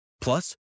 Plus